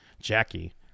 jackie